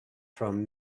from